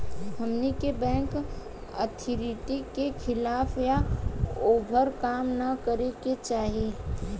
हमनी के bank authority के खिलाफ या ओभर काम न करे के चाही